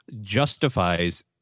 justifies